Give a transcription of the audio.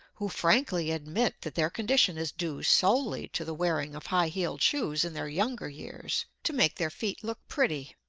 who frankly admit that their condition is due solely to the wearing of high-heeled shoes in their younger years, to make their feet look pretty.